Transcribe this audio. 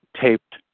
taped